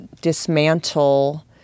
dismantle